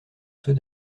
ceux